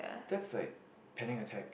that's like panic attack